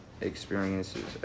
experiences